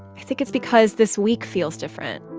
i think it's because this week feels different.